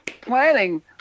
planning